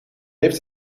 heeft